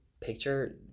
Picture